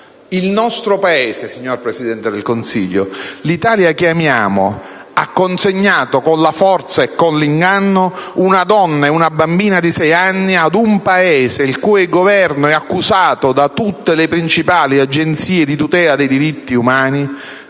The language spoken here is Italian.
Il nostro Paese, signor Presidente del Consiglio, l'Italia che amiamo, ha consegnato con la forza e con l'inganno una donna e una bambina di sei anni ad un Paese il cui Governo è accusato da tutte le principali agenzie di tutela dei diritti umani